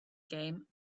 game